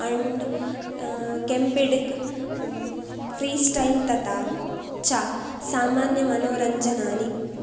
and camping freestyle तथा च सामान्यमनोरञ्जनानि